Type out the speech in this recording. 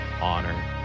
honor